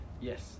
Yes